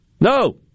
No